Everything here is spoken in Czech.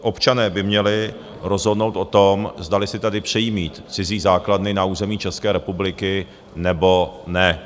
Občané by měli rozhodnout o tom, zdali si přejí mít cizí základny tady na území České republiky, nebo ne.